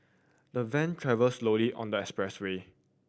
the van travelled slowly on the expressway